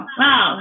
wow